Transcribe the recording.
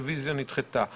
הרביזיה נדחתה.